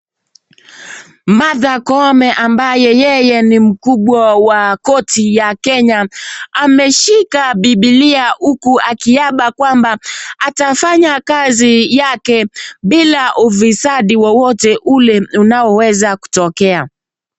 Martha Koome ambaye yeye ni mkubwa wa koti ya Kenya ameshika bibilia huku akiapa kwamba atafanya kazi yake bila ufisadi wowote ule unaoweza kutokea.